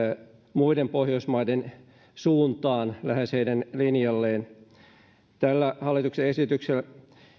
muiden pohjoismaiden suuntaan lähes heidän linjalleen tällä hallituksen esityksellä